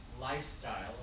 lifestyle